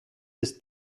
this